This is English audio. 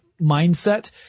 mindset